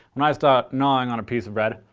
when i start gnawing on a piece of bread,